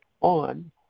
on